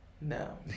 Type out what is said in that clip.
no